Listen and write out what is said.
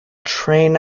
train